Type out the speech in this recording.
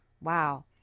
Wow